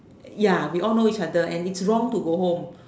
ya we all know each other and is wrong to go home